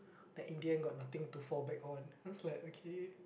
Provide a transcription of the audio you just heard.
that Indian got nothing to fall back on then I was like okay